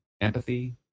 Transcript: empathy